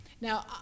Now